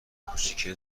کوچیکه